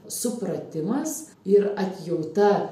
supratimas ir atjauta